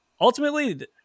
ultimately